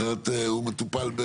אחרת הוא מטופל,